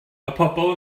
pobol